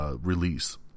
release